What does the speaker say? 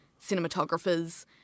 cinematographers